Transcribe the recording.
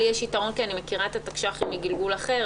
לי יש יתרון כי אני מכירה את התקש"חים מגלגול אחר,